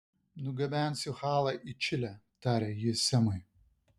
nugabensiu halą į čilę tarė ji semui